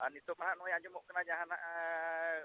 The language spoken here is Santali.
ᱟᱨ ᱱᱤᱛᱳᱜ ᱢᱟᱦᱟᱜ ᱱᱚᱜᱼᱚᱸᱭ ᱟᱸᱡᱚᱢᱚᱜ ᱠᱟᱱᱟ ᱡᱟᱦᱟᱸ ᱱᱟᱜ